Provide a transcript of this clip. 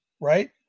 Right